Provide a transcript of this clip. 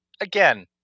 Again